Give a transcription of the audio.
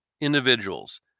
individuals